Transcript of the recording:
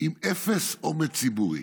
עם אפס אומץ ציבורי,